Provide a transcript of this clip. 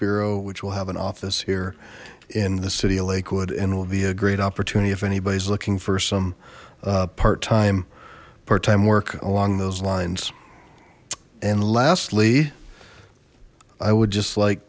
bureau which will have an office here in the city of lakewood and will be a great opportunity if anybody's looking for some part time part time work along those lines and lastly i would just like